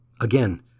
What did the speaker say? Again